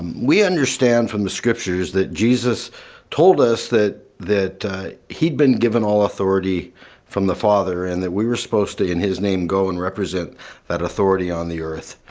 we understand from the scriptures that jesus told us that that he'd been given all authority from the father and that we were supposed to in his name go and represent that authority on the earth.